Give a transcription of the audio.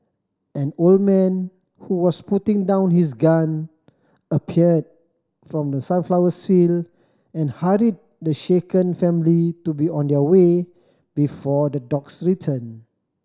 an old man who was putting down his gun appeared from the sunflowers field and hurried the shaken family to be on their way before the dogs return